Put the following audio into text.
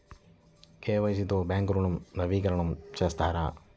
KYC తో bank ఋణం నవీకరణ చేస్తారా?